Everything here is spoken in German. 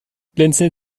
blinzeln